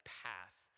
path